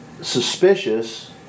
suspicious